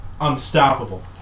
unstoppable